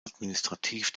administrativ